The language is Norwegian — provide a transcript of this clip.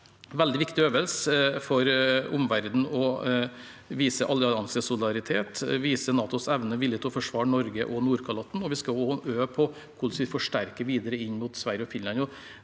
veldig viktig øvelse for å vise omverdenen alliansesolidaritet og NATOs evne og vilje til å forsvare Norge og Nordkalotten. Vi skal også øve på hvordan vi forsterker videre inn mot Sverige og Finland.